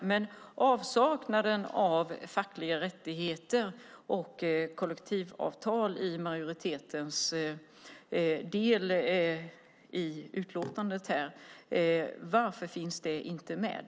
Jag slås av avsaknaden av fackliga rättigheter och kollektivavtal i majoritetens utlåtande. Varför finns detta inte med?